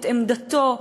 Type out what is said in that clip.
את עמדתו,